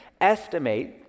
estimate